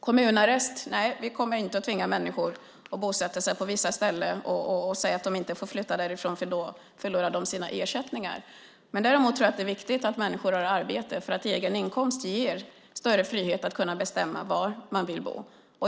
Kommunarrest - nej, vi kommer inte att tvinga människor att bosätta sig på vissa ställen och säga att de inte får flytta därifrån för att de då förlorar sina ersättningar. Däremot tror jag att det är viktigt att människor har arbete. En egen inkomst ger större frihet att bestämma var man vill bo.